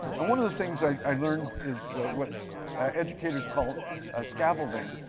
and one of the things i learned is what educators call ah scaffolding.